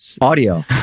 Audio